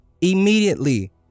immediately